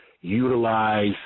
Utilize